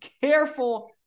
careful